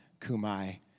kumai